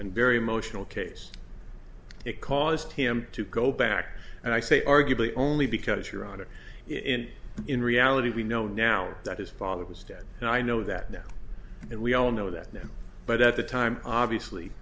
and very emotional case it caused him to go back and i say arguably only because you're on it in in reality we know now that his father was dead and i know that now and we all know that now but at the time obviously